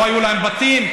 לא היו להם בתים?